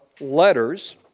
letters